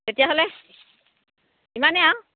তেতিয়াহ'লে ইমানেই আৰু